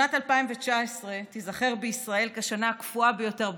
שנת 2019 תיזכר בישראל כשנה הקפואה ביותר בהיסטוריה.